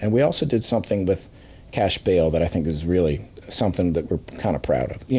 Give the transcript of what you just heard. and we also did something with cash bail that i think is really something that we're kind of proud of.